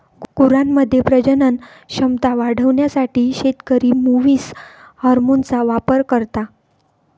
गुरांमध्ये प्रजनन क्षमता वाढवण्यासाठी शेतकरी मुवीस हार्मोनचा वापर करता